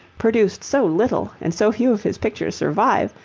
produced so little, and so few of his pictures survive,